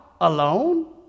alone